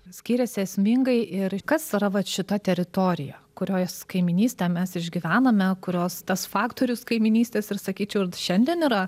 skyrėsi esmingai ir kas yra vat šita teritorija kurios kaimynystę mes išgyvename kurios tas faktorius kaimynystės ir sakyčiau šiandien yra